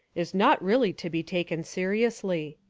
is not really to be taken seriously.